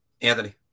Anthony